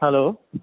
hello